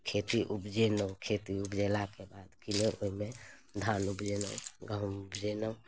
खेती उपजेलहुँ खेती उपजेलाके बाद किने ओहिमे धान उपजेलहुँ गहूँम उपजेलहुँ